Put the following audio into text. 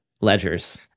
ledgers